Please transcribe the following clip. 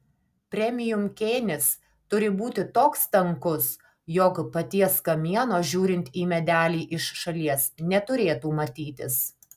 premium kėnis turi būti toks tankus jog paties kamieno žiūrint į medelį iš šalies neturėtų matytis